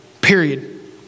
Period